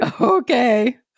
Okay